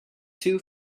two